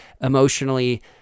emotionally